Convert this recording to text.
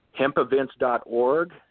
Hempevents.org